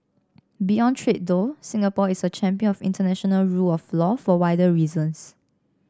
beyond trade though Singapore is a champion of international rule of law for wider reasons